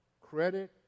credit